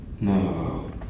No